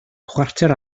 chwarter